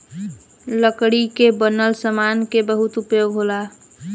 लकड़ी के बनल सामान के बहुते उपयोग होला